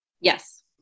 Yes